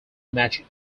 magic